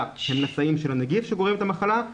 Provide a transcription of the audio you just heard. הם נשאים של הנגיף שגורם את המחלה,